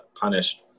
punished